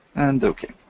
and ok.